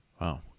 Wow